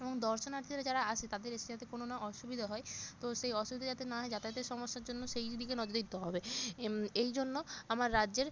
এবং দর্শনার্থীরা যারা আসে তাদের এসে যাতে কোনো না অসুবিধা হয় তো সেই অসুবিধে যাতে না হয় যাতায়াতের সমস্যার জন্য সেই দিকে নজর দিতে হবে এই জন্য আমার রাজ্যের